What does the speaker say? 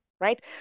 right